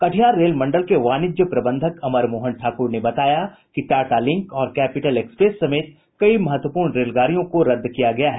Katihar rail मंडल के वाणिज्य प्रबंधक अमरमोहन ठाकुर ने बताया कि टाटा लिंक और कैपिटल एक्सप्रेस समेत कई महत्वपूर्ण रेलगाड़ियों को रद्द किया गया है